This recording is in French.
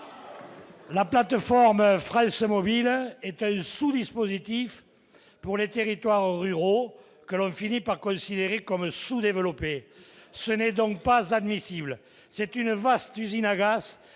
La plateforme « France Mobile » est un sous-dispositif pour les territoires ruraux, que l'on finit par considérer comme sous-développés. C'est faux ! C'est inadmissible ! Il s'agit d'une vaste usine à gaz,